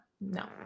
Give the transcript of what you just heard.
No